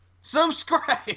Subscribe